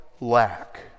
lack